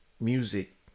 music